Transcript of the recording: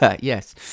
yes